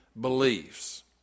beliefs